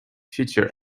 future